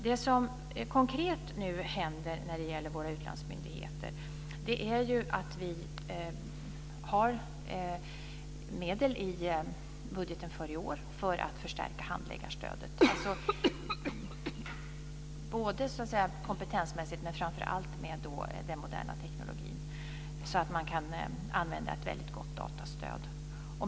Det som konkret nu händer hos våra utlandsmyndigheter är att vi har medel i budgeten för i år för att förstärka handläggarstödet både kompetensmässigt och när det gäller den moderna tekniken så att man kan använda ett väldigt gott datastöd.